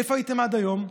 איפה הייתם עד היום?